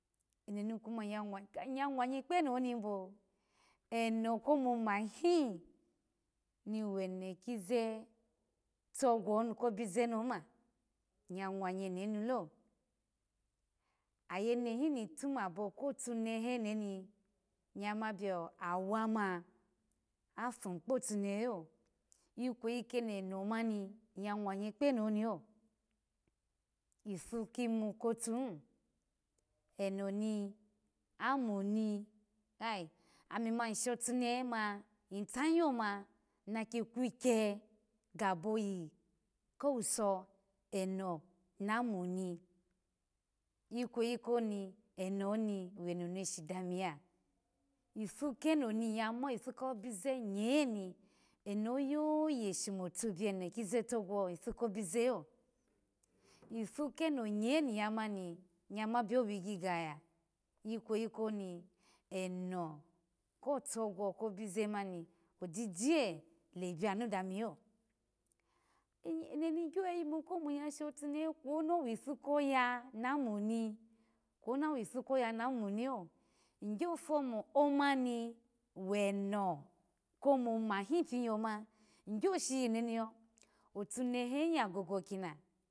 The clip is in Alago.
Eno nikam iya mwanyi kpeno nimo eno ko momahi ni weno kizi togwo ni kobize ni oma iya mwanyi eno ni lo ayenehe nitamabo kotunehe eno mi iya ma biyo awama afu kpotommehe so ikweyi koni eno mani iya mwanyi kpeno ni yo iso kimu kotuhi eno ni amuni koi ami ma ishotunehe ma itahiyoma na kikweikye gaboyi kowuse eno na amuni ikweyi koni eno ni weno neshi dami ya ipu keno ni yama ipu kobize nye ni eno oyeye shomotu biyo eno kizi togwo ipu kobizw yo ipu keno nye niya moni iya ma biyo oweigigaya ikweyi komi eno kotogo kibize mani ojije le biya nu dami yo eno eno ni gyo yimu ko nashotunehe kwona wipukoya na mu ni kwo na weipukoya na muni yo bagyofo mo ommi weno ko momahi piyoma igyo shi eno ni yo otunehe hi ya gogo eno ni kin